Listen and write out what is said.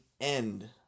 end